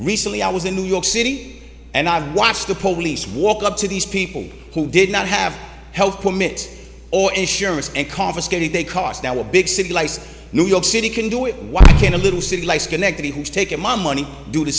recently i was in new york city and i watched the police walk up to these people who did not have health commit or insurance and confiscated they cost now a big city like new york city can do it why can't a little city like schenectady who's taking my money do the